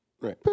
Right